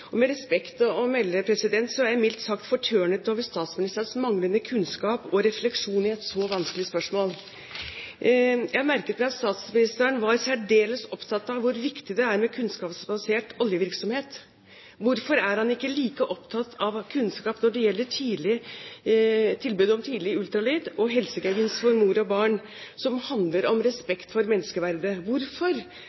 melde, jeg er mildt sagt fortørnet over statsministerens manglende kunnskap og refleksjon i et så vanskelig spørsmål. Jeg merket meg at statsministeren var særdeles opptatt av hvor viktig det er med kunnskapsbasert oljevirksomhet. Hvorfor er han ikke like opptatt av kunnskap når det gjelder tilbud om tidlig ultralyd og helsegevinst for mor og barn, som handler om